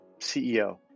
CEO